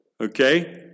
okay